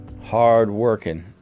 hard-working